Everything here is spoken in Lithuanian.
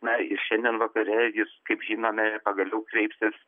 na ir šiandien vakare jis kaip žinome pagaliau kreipsis